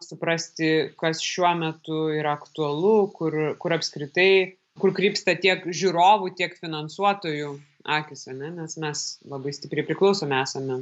suprasti kas šiuo metu yra aktualu kur kur apskritai kur krypsta tiek žiūrovų tiek finansuotojų akys ane nes mes labai stipriai priklausomi esame